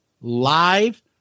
live